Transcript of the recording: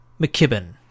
McKibben